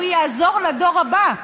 הוא יעזור לדור הבא,